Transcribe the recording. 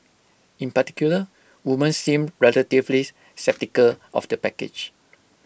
in particular women seemed relatively sceptical of the package